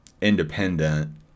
independent